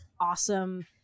awesome